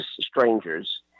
Strangers